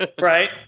right